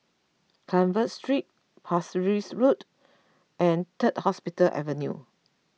Carver Street Parsi Road and Third Hospital Avenue